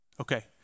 Okay